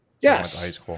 Yes